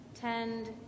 Tend